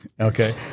Okay